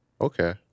Okay